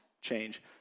change